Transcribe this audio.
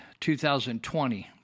2020